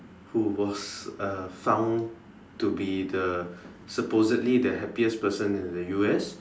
who was uh found to be the supposedly the happiest person in the U_S